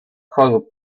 chorób